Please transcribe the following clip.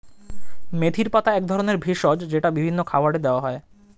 মেথির পাতা এক ধরনের ভেষজ যেটা বিভিন্ন খাবারে দেওয়া হয়